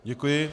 Děkuji.